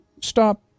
stop